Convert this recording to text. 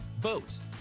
boats